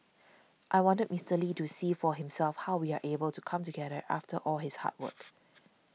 I wanted Mister Lee to see for himself how we are able to come together after all his hard work